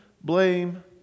blame